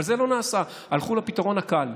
אבל זה לא נעשה, הלכו לפתרון הקל,